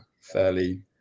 fairly